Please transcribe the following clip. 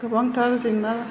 गोबांथार जेंना